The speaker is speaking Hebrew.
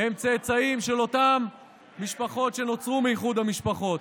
הם צאצאים של אותן משפחות שנוצרו מאיחוד המשפחות.